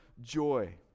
joy